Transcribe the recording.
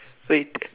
wait